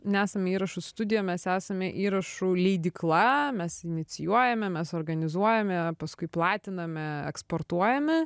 nesame įrašų studija mes esame įrašų leidykla mes inicijuojame mes organizuojame paskui platiname eksportuojame